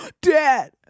Dad